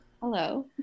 hello